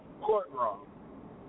courtroom